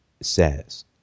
says